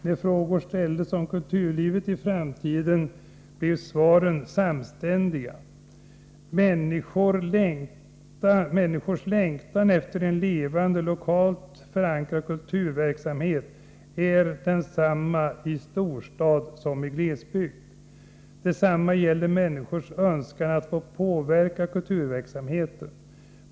När frågor ställdes om kulturlivet i framtiden blev svaren samstämmiga: människors längtan efter ett levande, lokalt förankrat kulturliv är densamma i storstad och i glesbygd. Detsamma gäller människors önskan att få påverka kulturverksamheten.